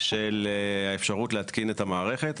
של האפשרות להתקין את המערכת.